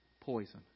poison